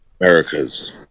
Americas